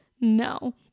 No